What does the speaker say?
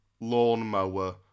lawnmower